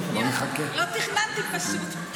לא תכננתי פשוט.